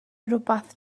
rywbeth